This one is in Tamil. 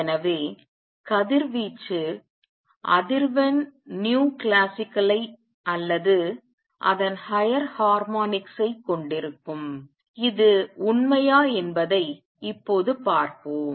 எனவே கதிர்வீச்சு அதிர்வெண் classical ஐ அல்லது அதன் ஹையர் ஹார்மோனிக்ஸ் ஐ கொண்டிருக்கும் இது உண்மை என்பதை இப்போது பார்ப்போம்